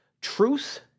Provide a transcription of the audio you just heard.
Truth